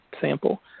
sample